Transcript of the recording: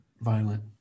violent